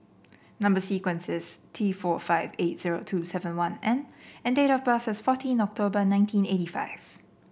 number sequence is T four five eight zero two seven one N and date of birth is fourteen October nineteen eighty five